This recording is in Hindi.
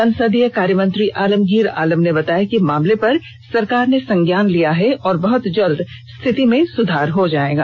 संसदीय कार्यमंत्री आलमगीर आलम ने बताया कि मामले पर सरकार ने संज्ञान लिया है और बहत जल्द स्थिति में सुधार हो जाएगा